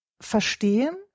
verstehen